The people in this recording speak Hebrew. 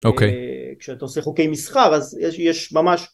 כשאתה עושה חוקי מסחר אז יש ממש.